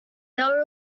were